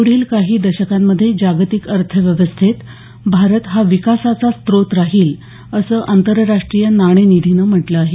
पुढील काही दशकांमध्ये जागतिक अर्थव्यवस्थेत भारत हा विकासाचा स्त्रोत राहील असं आंतरराष्टीय नाणेनिधीनं म्हटलं आहे